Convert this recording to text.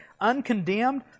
uncondemned